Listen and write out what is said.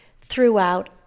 throughout